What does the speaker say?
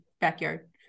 backyard